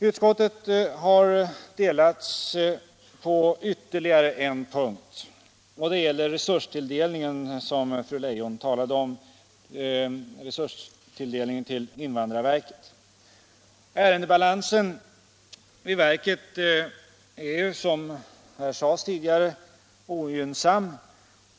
Utskottet har delats på ytterligare en punkt, och den gäller resurstilldelningen till invandrarverket som fru Leijon talade om. Ärendebalansen vid verket är, som sades här tidigare, ogynnsam.